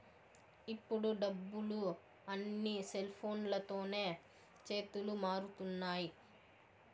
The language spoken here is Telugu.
ఇప్పుడు డబ్బులు అన్నీ సెల్ఫోన్లతోనే చేతులు మారుతున్నాయి